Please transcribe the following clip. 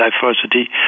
diversity